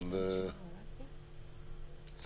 אבל אנחנו